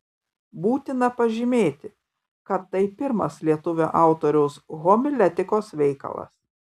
būtina pažymėti kad tai pirmas lietuvio autoriaus homiletikos veikalas